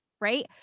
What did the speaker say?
Right